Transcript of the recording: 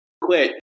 quit